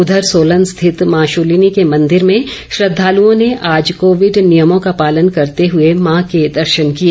उधर सोलन स्थित मां शूलिनी के मंदिर में श्रद्वालुओं ने आज कोविड नियमों का पालन करते हए मां के दर्शन किए